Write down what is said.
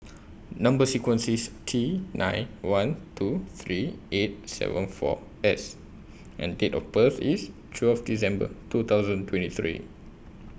Number sequence IS T nine one two three eight seven four S and Date of birth IS twelve December two thousand twenty three